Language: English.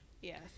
Yes